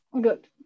good